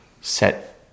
set